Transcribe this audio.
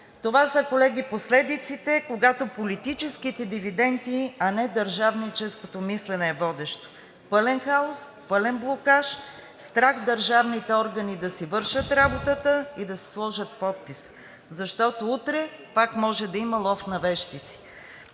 Това са, колеги, последиците, когато политическите дивиденти, а не държавническото мислене е водещо. Пълен хаос, пълен блокаж, страх държавните органи да си вършат работата и да си сложат подписа, защото утре пак може да има лов на вещици.